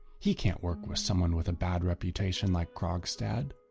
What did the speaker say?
he can't work with someone with a bad reputation like krogstad.